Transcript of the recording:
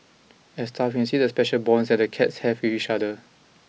as staff we can see the special bonds that the cats have with each other